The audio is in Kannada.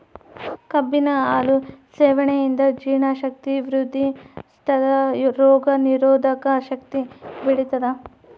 ಕಬ್ಬಿನ ಹಾಲು ಸೇವನೆಯಿಂದ ಜೀರ್ಣ ಶಕ್ತಿ ವೃದ್ಧಿಸ್ಥಾದ ರೋಗ ನಿರೋಧಕ ಶಕ್ತಿ ಬೆಳಿತದ